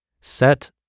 set